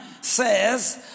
says